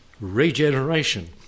regeneration